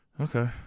Okay